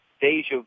deja